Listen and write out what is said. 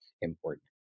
important